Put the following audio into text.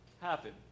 happen